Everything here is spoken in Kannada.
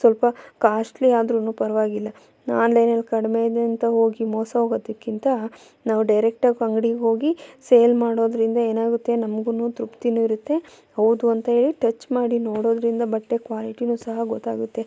ಸ್ವಲ್ಪ ಕಾಸ್ಟ್ಲಿ ಆದ್ರೂ ಪರವಾಗಿಲ್ಲ ಆನ್ಲೈನಲ್ಲಿ ಕಡಿಮೆ ಇದೆ ಅಂತ ಹೋಗಿ ಮೋಸ ಹೋಗೋದಕ್ಕಿಂತ ನಾವು ಡೈರೆಕ್ಟಾಗಿ ಅಂಗ್ಡಿಗೆ ಹೋಗಿ ಸೇಲ್ ಮಾಡೋದರಿಂದ ಏನಾಗುತ್ತೆ ನಮಗೂ ತೃಪ್ತಿಯೂ ಇರುತ್ತೆ ಹೌದು ಅಂತ ಹೇಳಿ ಟಚ್ ಮಾಡಿ ನೋಡೋದರಿಂದ ಬಟ್ಟೆ ಕ್ವಾಲಿಟಿಯೂ ಸಹ ಗೊತ್ತಾಗುತ್ತೆ